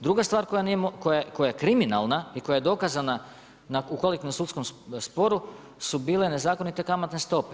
Druga stvar koja je kriminalna i koja je dokaza u kolektivnom sudskom sporu su bile nezakonite kamatne stope.